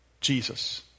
Jesus